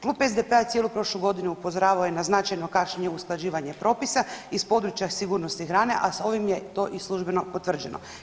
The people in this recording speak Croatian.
Klub SDP-a je cijelu prošlu godinu upozoravao je na značajno kašnjenje usklađivanje propisa iz područja sigurnosti hrane, a s ovim je to i službeno potvrđeno.